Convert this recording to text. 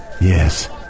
yes